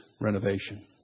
renovation